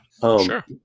Sure